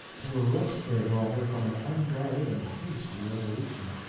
to arrest their daughter from an unguarded and hasty resolution.